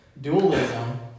Dualism